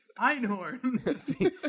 Einhorn